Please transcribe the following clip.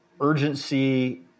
urgency